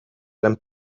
lan